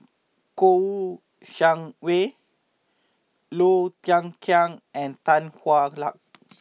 Kouo Shang Wei Low Thia Khiang and Tan Hwa Luck